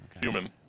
Human